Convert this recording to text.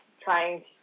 trying